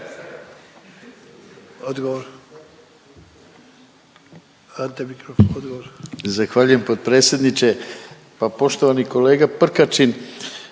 (HDZ)** Zahvaljujem potpredsjedniče. Pa poštovani kolega Prkačin,